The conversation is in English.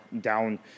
down